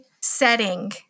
setting